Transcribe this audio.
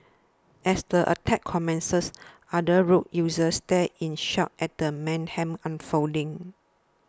as the attack commences other road users stared in shock at the mayhem unfolding